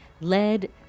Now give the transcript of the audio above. led